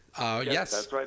Yes